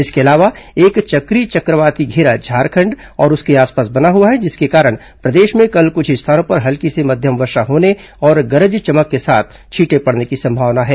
इसके अलावा एक चक्रीय चक्रवाती घेरा झारखंड और उसके आसपास बना हुआ है जिसके कारण प्रदेश में कल कुछ स्थानों पर हल्की से मध्यम वर्षा होने और गरज चमक के साथ छींटे पड़ने की संभावना है